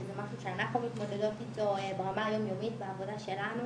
שזה משהו שאנחנו מתמודדות איתו ברמה היומיומית בעבודה שלנו,